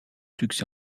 succès